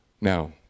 Now